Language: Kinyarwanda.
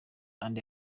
andi